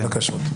בבקשה.